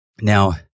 Now